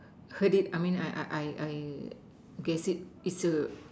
heard it I mean I I I guess it it's a